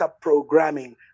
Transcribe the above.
programming